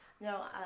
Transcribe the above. No